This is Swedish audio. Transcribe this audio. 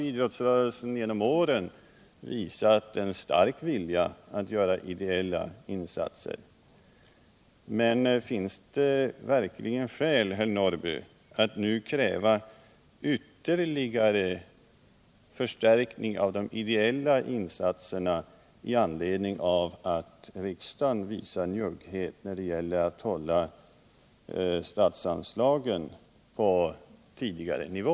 Idrottsrörelsen har genom åren visat en stark vilja att göra ideella insatser, men finns det verkligen skäl, herr Norrby, att nu kräva ytterligare förstärkning av de ideella insatserna till följd av att riksdagen visar njugghet mot krav på att statsanslagen skall hållas kvar på tidigare nivå?